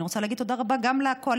אני רוצה להגיד תודה רבה גם לקואליציה,